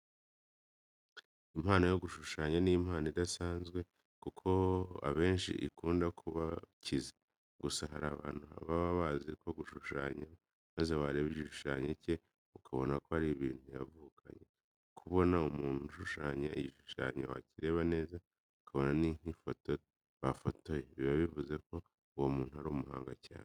Impano yo gushushanya ni impano idasanzwe kuko abenshi ikunda no kubakiza. Gusa hari abantu baba bazi gushushanya maze wareba igishushanyo cye ukabona ko ari ibintu yavukanye. Kubona umuntu ashushanya igishushanyo wakireba neza ukabona n'inkifoto bafotoye, biba bivuze ko uwo muntu ari umuhanga cyane.